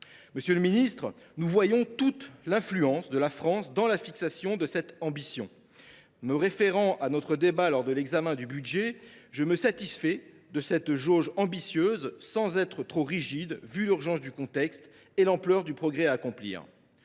Monsieur le ministre, nous voyons toute l’influence de la France dans la fixation de cette ambition. Me référant à notre débat lors de l’examen du budget, je me satisfais de cette jauge, qui est ambitieuse, sans être trop rigide, vu l’urgence du contexte et l’ampleur du progrès à accomplir.